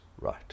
right